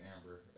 Amber